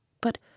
But